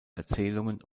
erzählungen